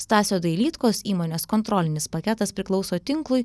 stasio dailydkos įmonės kontrolinis paketas priklauso tinklui